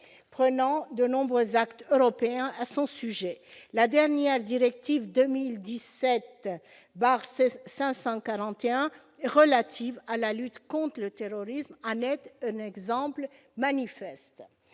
prenant de nombreux actes européens à son sujet. La dernière directive 2017/541 « relative à la lutte contre le terrorisme » en est un exemple manifeste.